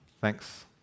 Thanks